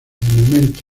momento